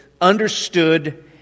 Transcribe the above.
understood